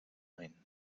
ein